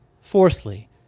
Fourthly